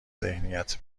ذهنیت